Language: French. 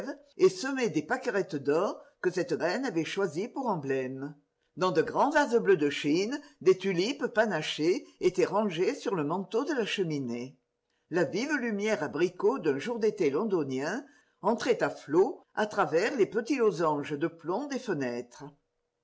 et semé des pâquerettes d'or que cette reine avait choisies pour emblème dans de grands vases bleus de chine des tulipes panachées étaient rangées sur le manteau de la cheminée la vive lumière abricot d'un jour d'été londonien entrait à ilots à travers les petits losanges de plomb des fenêtres